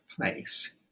place